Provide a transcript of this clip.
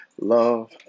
love